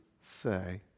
say